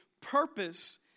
purpose